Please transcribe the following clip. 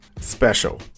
special